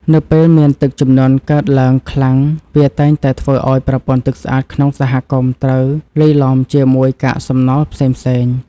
នៅពេលមានទឹកជំនន់កើតឡើងខ្លាំងវាតែងតែធ្វើឱ្យប្រព័ន្ធទឹកស្អាតក្នុងសហគមន៍ត្រូវលាយឡំជាមួយកាកសំណល់ផ្សេងៗ។